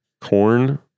Corn